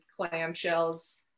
clamshells